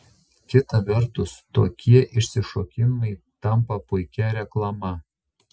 kita vertus tokie išsišokimai tampa puikia reklama